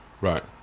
Right